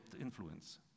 influence